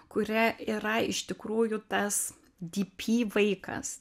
kuria yra iš tikrųjų tas dypy vaikas